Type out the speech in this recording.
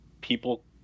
people